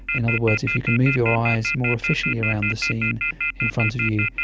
in other words, if you can move your eyes more efficiently around the scene in front of you,